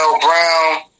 Brown